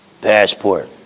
passport